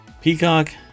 Peacock